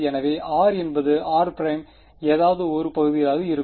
எனவே r என்பது r ′ ஏதாவது ஒரு பகுதியிலாவது இருக்கும்